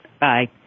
Bye